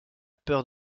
peur